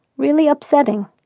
really upsetting.